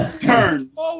turns